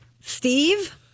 Steve